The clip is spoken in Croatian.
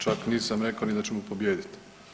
Čak nisam rekao ni da ćemo pobijediti.